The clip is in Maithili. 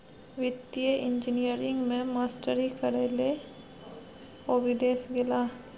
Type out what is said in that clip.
वित्तीय इंजीनियरिंग मे मास्टरी करय लए ओ विदेश गेलाह